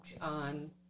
on